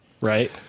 right